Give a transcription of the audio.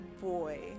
boy